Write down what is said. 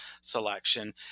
selection